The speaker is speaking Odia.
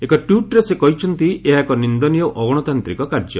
ଏକ ଟ୍ୱିଟ୍ରେ ସେ କହିଛନ୍ତି ଏହା ଏକ ନିନ୍ଦନୀୟ ଓ ଅଗଣତାନ୍ତିକ କାର୍ଯ୍ୟ